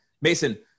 Mason